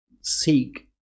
seek